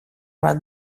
bat